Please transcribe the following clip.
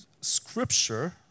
scripture